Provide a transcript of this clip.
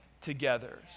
together